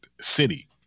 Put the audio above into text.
city